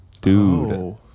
dude